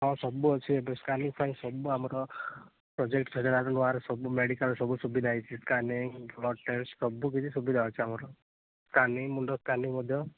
ହଁ ସବୁ ଅଛି ଏବେ ସ୍କାନିଙ୍ଗ୍ ଫାନିଙ୍ଗ୍ ପାଇଁ ସବୁ ଆମର ପ୍ରୋଜେକ୍ଟ୍ ଠାରୁ ଆରମ୍ଭ ଆର ସବୁ ମେଡ଼ିକାଲ୍ ସବୁ ସୁବିଧା ହେଇଛି ସ୍କାନିଙ୍ଗ୍ ବ୍ଲଡ଼୍ ଟେଷ୍ଟ୍ ସବୁ କିଛି ସୁବିଧା ଅଛି ଆମର ସ୍କାନିଙ୍ଗ୍ ମୁଣ୍ଡ ସ୍କାନିଙ୍ଗ୍ ମଧ୍ୟ